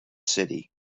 city